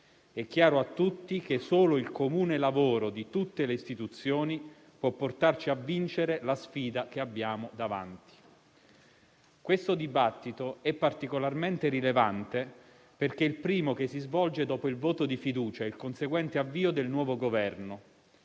È chiaro a tutti che solo il comune lavoro di tutte le istituzioni può portarci a vincere la sfida che abbiamo davanti. Questo dibattito è particolarmente rilevante perché è il primo che si svolge dopo il voto di fiducia e il conseguente avvio del nuovo Governo.